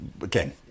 Again